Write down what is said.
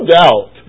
doubt